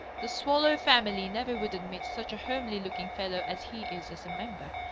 the swallow family never would admit such a homely looking fellow as he is as a member.